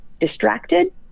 distracted